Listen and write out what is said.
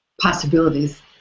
possibilities